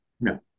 no